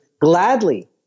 gladly